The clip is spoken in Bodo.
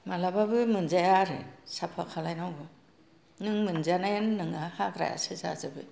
मालाबाबो मोनजाया आरो साफा खालाय नांगौ नों मोनजानायानो नङा हाग्रायासो जाजोबो